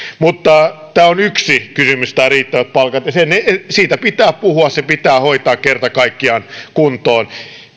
tämä on yksi kysymys nämä riittävät palkat ja siitä pitää puhua se pitää hoitaa kerta kaikkiaan kuntoon